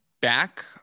back